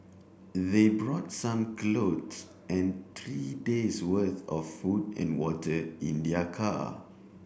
they brought some clothes and three days' worth of food and water in their car